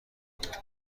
بود